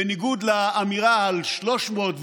בניגוד לאמירה על 300,